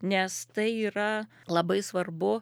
nes tai yra labai svarbu